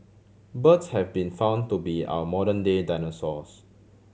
birds have been found to be our modern day dinosaurs